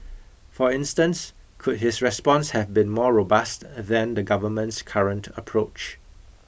for instance could his response have been more robust than the government's current approach